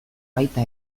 baita